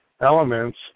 elements